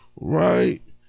right